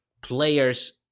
players